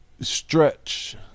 stretch